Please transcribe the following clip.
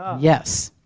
ah yes.